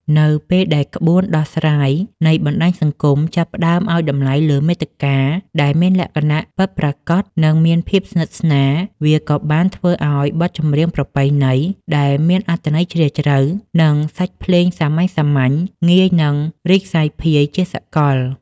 នៅពេលដែលក្បួនដោះស្រាយនៃបណ្តាញសង្គម ចាប់ផ្តើមឲ្យតម្លៃលើមាតិកាដែលមានលក្ខណៈពិតប្រាកដ និងមានភាពស្និទ្ធស្នាល វាក៏បានធ្វើឱ្យបទចម្រៀងប្រពៃណី ដែលមានអត្ថន័យជ្រាលជ្រៅ និងសាច់ភ្លេងសាមញ្ញៗ ងាយនឹងរីកសាយភាយជាសកល។